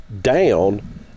down